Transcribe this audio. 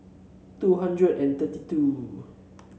two thousand and thirty two